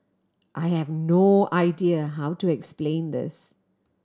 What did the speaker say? I have no idea how to explain this